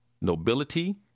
nobility